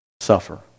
suffer